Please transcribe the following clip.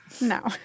No